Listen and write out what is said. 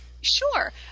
Sure